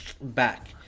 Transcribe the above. back